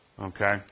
Okay